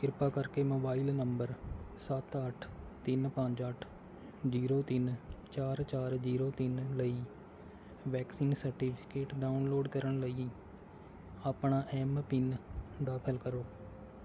ਕਿਰਪਾ ਕਰਕੇ mobile number ਸੱਤ ਅੱਠ ਤਿੰਨ ਪੰਜ ਅੱਠ ਜ਼ੀਰੋ ਤਿੰਨ ਚਾਰ ਚਾਰ ਜ਼ੀਰੋ ਤਿੰਨ ਲਈ ਵੈਕਸੀਨ ਸਰਟੀਫਿਕੇਟ ਡਾਊਨਲੋਡ ਕਰਨ ਲਈ ਆਪਣਾ ਐਮ ਪਿੰਨ ਦਾਖਲ ਕਰੋ